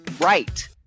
right